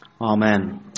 Amen